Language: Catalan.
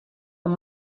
amb